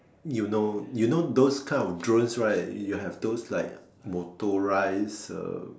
you know you know those kind of drones right you have those like motorise uh